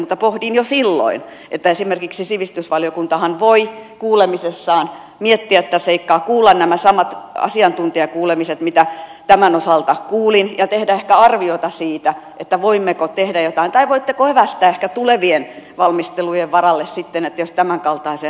mutta pohdin jo silloin että esimerkiksi sivistysvaliokuntahan voi kuulemisessaan miettiä tätä seikkaa kuulla nämä samat asiantuntijakuulemiset mitä tämän osalta kuulin ja tehdä ehkä arviota siitä voimmeko tehdä jotain tai voitteko evästää ehkä tulevien valmistelujen varalle jos tämänkaltaiseen haluttaisiin mennä